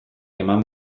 eman